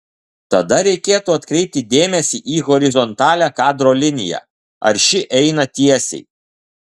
tada reikėtų atkreipti dėmesį į horizontalią kadro liniją ar ši eina tiesiai